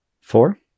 Four